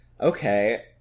Okay